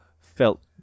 felt